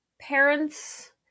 parents